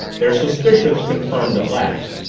their suspicions confirmed at last,